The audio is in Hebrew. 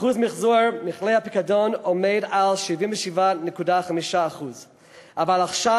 אחוז מיחזור מכלי הפיקדון הוא 77.5%. אבל עכשיו